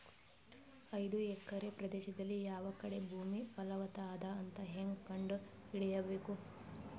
ಐದು ಎಕರೆ ಪ್ರದೇಶದಲ್ಲಿ ಯಾವ ಕಡೆ ಭೂಮಿ ಫಲವತ ಅದ ಅಂತ ಹೇಂಗ ಕಂಡ ಹಿಡಿಯಬೇಕು?